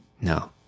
No